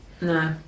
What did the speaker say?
No